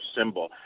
symbol